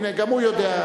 הנה, גם הוא יודע.